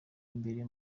imbere